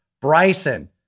Bryson